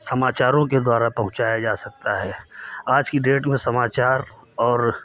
समाचारों के द्वारा पहुंचाया जा सकता है आज की डेट में समाचार और